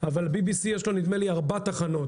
אבל BBC נדמה יש לו ארבע תחנות,